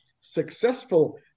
successful